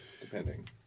depending